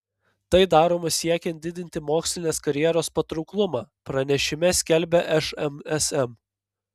tai daroma siekiant didinti mokslinės karjeros patrauklumą pranešime skelbia šmsm